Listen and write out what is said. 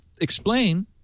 explain